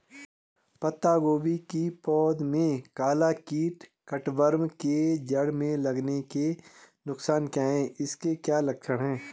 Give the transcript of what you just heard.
पत्ता गोभी की पौध में काला कीट कट वार्म के जड़ में लगने के नुकसान क्या हैं इसके क्या लक्षण हैं?